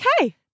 Okay